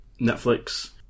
Netflix